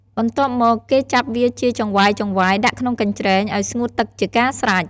បន្ទាប់មកគេចាប់វាជាចង្វាយៗដាក់ក្នុងកញ្ច្រែងឱ្យស្ងួតទឹកជាការស្រេច។